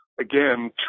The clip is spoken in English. again